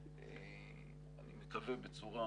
אני מקווה בצורה